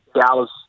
Dallas